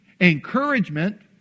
Encouragement